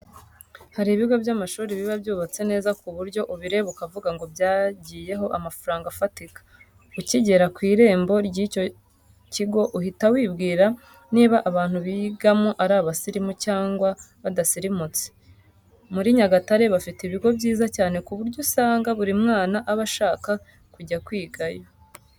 Hari ibigo by'amashuri biba byubatse neza ku buryo ubireba ukavuga ngo byagiyeho amafaranga afatika. Ukigera ku irembo ry'ikigo uhita wibwira niba abantu bigamo ari abasirimu cyangwa badasirimutse. Muri Nyagatare bafite ibigo byiza cyane ku buryo usanga buri mwana aba ashaka kujya kwigayo.